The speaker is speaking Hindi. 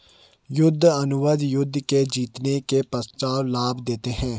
युद्ध अनुबंध युद्ध के जीतने के पश्चात लाभ देते हैं